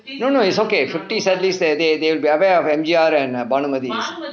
no no it's okay fifties at least they they are aware of M_G_R and bhanumathi